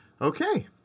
Okay